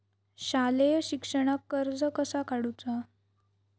शालेय शिक्षणाक कर्ज कसा काढूचा?